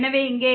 எனவே இங்கே